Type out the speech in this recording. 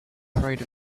afraid